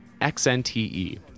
XNTE